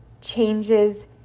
changes